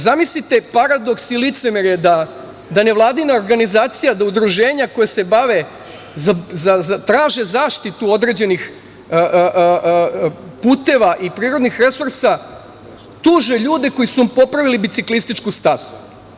Zamislite paradoks i licemerje da nevladina organizacija, da udruženja koja traže zaštitu određenih puteva i prirodnih resursa tuže ljude koji su vam popravili biciklističku stazu.